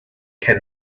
came